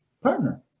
partner